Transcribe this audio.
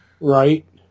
Right